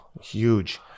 huge